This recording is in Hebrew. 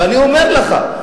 ואני אומר לך,